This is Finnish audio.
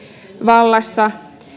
vallassa